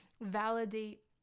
validate